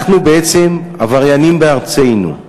אנחנו בעצם עבריינים בארצנו.